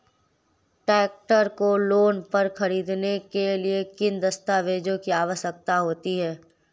Tractor को loan पर खरीदने के लिए किन दस्तावेज़ों की आवश्यकता होती है?